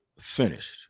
finished